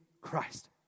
Christ